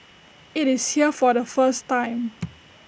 IT is here for the first time